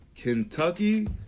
Kentucky